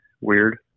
weird